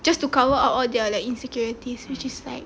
just to cover up all their like insecurities which is like